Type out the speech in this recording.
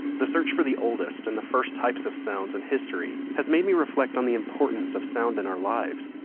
the search for the oldest, and the first, types of sounds in history has made me reflect on the importance of sound in our lives.